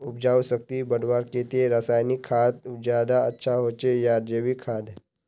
उपजाऊ शक्ति बढ़वार केते रासायनिक खाद ज्यादा अच्छा होचे या जैविक खाद?